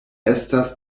estas